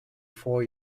four